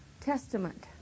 testament